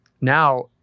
now